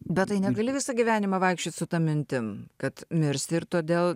bet tai negali visą gyvenimą vaikščiot su ta mintim kad miršti ir todėl